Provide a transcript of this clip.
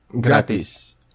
gratis